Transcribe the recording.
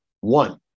one